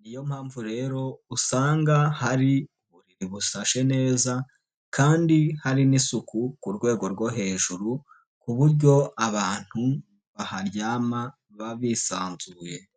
Niyo mpamvu rero usanga hari uburiri busashe neza kandi hari n'isuku ku rwego rwo hejuru ku buryo abantu baharyama baba bisanzuye.